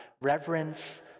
reverence